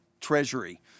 treasury